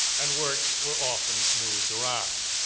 and works were often moved around.